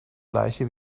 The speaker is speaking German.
gleiche